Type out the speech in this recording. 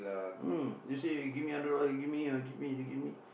hmm you see give me hundred dollar you give me uh give me they give me